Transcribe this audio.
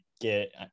get